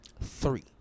Three